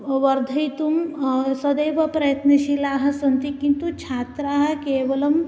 व वर्धयितुं सदैव प्रयत्नशीलाः सन्ति किन्तु छात्राः केवलम्